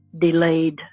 delayed